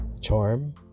charm